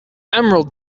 emerald